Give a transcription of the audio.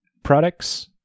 Products